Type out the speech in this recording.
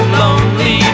lonely